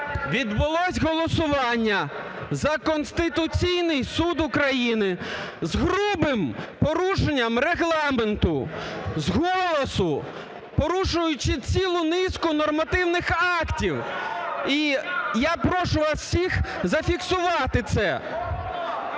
відбулося голосування за Конституційний Суд України з грубим порушення Регламенту, з голосу, порушуючи цілу низку нормативних актів, і я прошу вас всіх зафіксувати це.